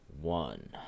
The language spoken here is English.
One